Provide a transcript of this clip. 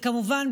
כמובן,